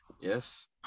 Yes